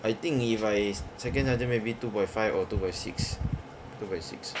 I think if I second sergeant maybe two point five or two point six two point six